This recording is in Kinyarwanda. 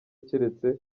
keretse